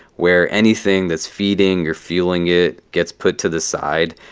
where anything that's feeding or fueling it gets put to the side.